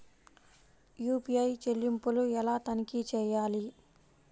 UPI చెల్లింపులు ఎలా తనిఖీ చేయాలి?